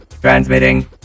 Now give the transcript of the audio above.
transmitting